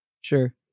sure